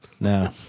No